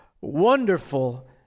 Wonderful